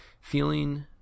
feeling